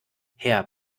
herr